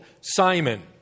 Simon